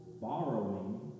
borrowing